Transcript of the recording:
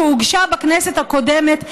שהוגשה בכנסת הקודמת,